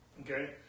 Okay